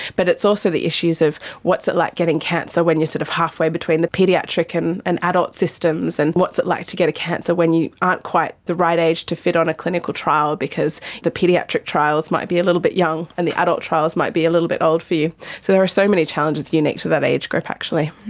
but it's also the issues of what's it's like getting cancer when you are sort of halfway between the paediatric and and adult systems, and what's it like to get a cancer when you aren't quite the right age to fit on a clinical trial because the paediatric trials might be a little bit young and the adult trials might be a little bit old for you. so there are so many challenges unique to that age group actually.